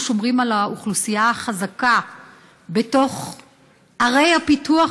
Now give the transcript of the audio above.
שומרים על האוכלוסייה החזקה בתוך ערי הפיתוח,